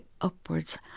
upwards